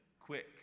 quick